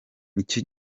nicyo